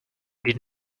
did